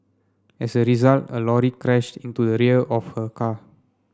as a result a lorry crashed into the rear of her car